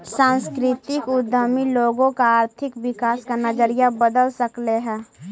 सांस्कृतिक उद्यमी लोगों का आर्थिक विकास का नजरिया बदल सकलई हे